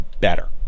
better